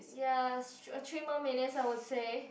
yes or three more minutes I would say